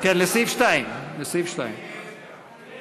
סעיף 2. כן,